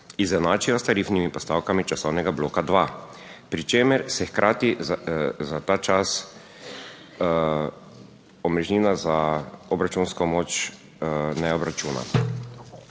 izenačijo s tarifnimi postavkami časovnega bloka dva, pri čemer se hkrati za ta čas omrežnina za obračunsko moč ne obračuna.